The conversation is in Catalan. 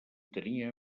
tenia